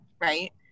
right